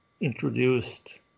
introduced